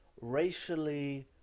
racially